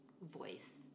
voice